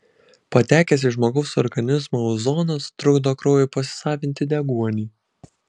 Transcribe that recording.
patekęs į žmogaus organizmą ozonas trukdo kraujui pasisavinti deguonį